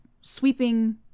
sweeping